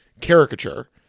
caricature